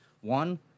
One